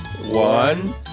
One